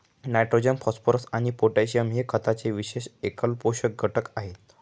nitrogen, phosphorus आणि potassium हे खताचे विशेष एकल पोषक घटक आहेत